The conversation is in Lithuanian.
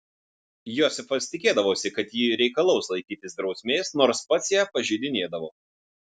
josifas tikėdavosi kad ji reikalaus laikytis drausmės nors pats ją pažeidinėdavo